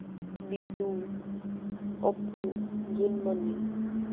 Bitu Apu Jonmoni